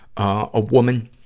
a woman,